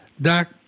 Doc